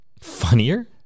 Funnier